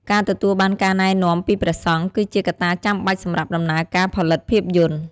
ការទទួលបានការណែនាំពីព្រះសង្ឃ គឺជាកត្តាចាំបាច់សម្រាប់ដំណើរការផលិតភាពយន្ត។